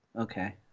okay